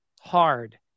hard